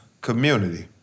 community